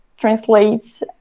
Translates